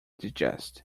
digest